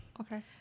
okay